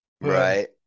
Right